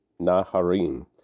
Naharim